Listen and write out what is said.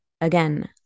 again